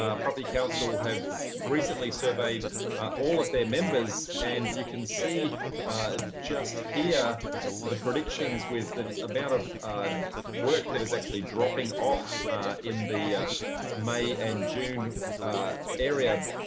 ah property council have recently surveyed all of their members and you can see just here the predictions with the amount of work that is actually dropping off in the may and june area